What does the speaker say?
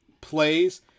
plays